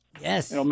Yes